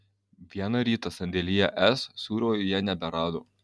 vieną rytą sandėlyje s sūrio jie neberado